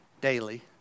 daily